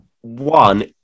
one